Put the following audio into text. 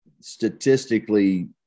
statistically